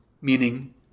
Meaning